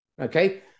okay